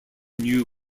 new